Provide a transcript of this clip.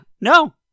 No